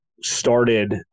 started